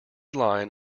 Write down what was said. line